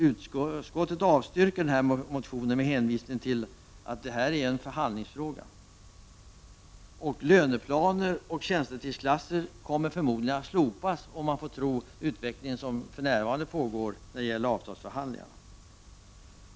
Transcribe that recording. Utskottet avstyrker motionen med hänvisning till att detta är en förhandlingsfråga. Löneplaner och tjänstetidsklasser kommer förmodligen att slopas, om man får tro utvecklingen som för närvarande pågår när det gäller avtalsförhandlingarna.